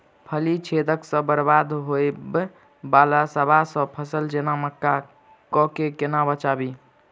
फली छेदक सँ बरबाद होबय वलासभ फसल जेना मक्का कऽ केना बचयब?